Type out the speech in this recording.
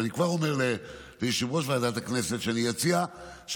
אבל אני כבר אומר ליושב-ראש הכנסת שאני אציע שהדיון